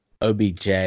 OBJ